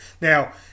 now